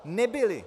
Nebyli.